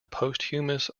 posthumous